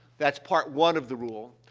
that's part one of the rule.